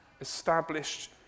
established